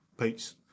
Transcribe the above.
Peace